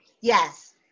Yes